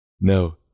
No